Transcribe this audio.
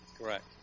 Correct